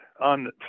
on